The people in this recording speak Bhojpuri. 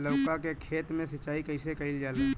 लउका के खेत मे सिचाई कईसे कइल जाला?